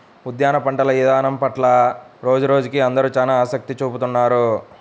ఉద్యాన పంటల ఇదానం పట్ల రోజురోజుకీ అందరూ చానా ఆసక్తి చూపిత్తున్నారు